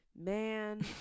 man